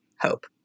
hope